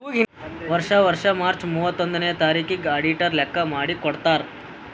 ವರ್ಷಾ ವರ್ಷಾ ಮಾರ್ಚ್ ಮೂವತ್ತೊಂದನೆಯ ತಾರಿಕಿಗ್ ಅಡಿಟರ್ ಲೆಕ್ಕಾ ಮಾಡಿ ಕೊಡ್ತಾರ್